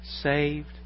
saved